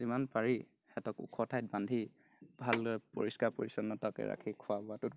যিমান পাৰি সিহঁতক ওখ ঠাইত বান্ধি ভালদৰে পৰিষ্কাৰ পৰিচ্ছন্নতাকৈ ৰাখি খোৱা বোৱাটোত